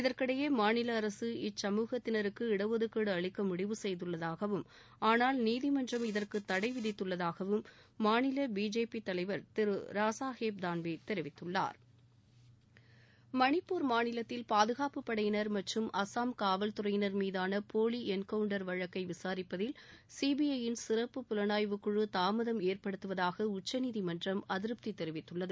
இதற்கிடையே மாநில அரசு இச்சமூகத்தினருக்கு இடஒதுக்கீடு அளிக்க முடிவு செய்துள்ளதாகவும் ஆனால் நீதிமன்றம் இதற்கு தடை விதித்துள்ளதாகவும் மாநில பிஜேபி தலைவர் திரு ராஸாஹேப் தான்வே தெரிவித்துள்ளார் மணிப்பூர் மாநிலத்தில் பாதுகாப்புப் படையினர் மற்றும் அசாம் காவல்துறையினர் மீதான போலி என்கவுண்டர் வழக்கை விசாரிப்பதில் சிபிஐ யின் சிறப்பு புலனாய்வுக்குழு தாமதம் ஏற்படுத்துவதாக உச்சநீதிமன்றம் அதிருப்தி தெரிவித்துள்ளது